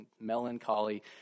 melancholy